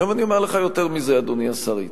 עכשיו, אני אומר לך יותר מזה, אדוני השר איתן.